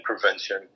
prevention